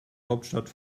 hauptstadt